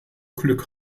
glück